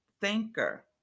thinker